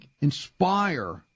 inspire